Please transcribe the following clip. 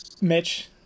Mitch